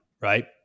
Right